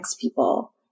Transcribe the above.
people